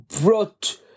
brought